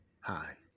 Hi